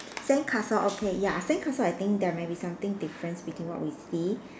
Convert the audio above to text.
sandcastle okay ya sandcastle I think there may be something difference between what we see